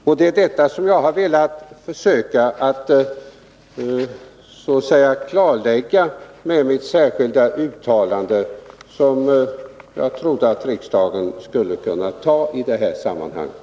Det är det som jag har försökt klarlägga med mitt särskilda yrkande, som jag trodde att riksdagen skulle kunna anta i det här sammanhanget.